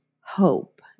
hope